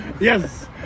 yes